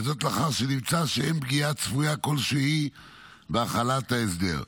וזאת לאחר שנמצא שאין פגיעה צפויה כלשהי בהחלת ההסדר.